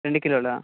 రెండు కిలోలా